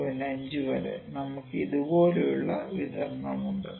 5 വരെ നമുക്ക് ഇതുപോലുള്ള ഒരു വിതരണമുണ്ട്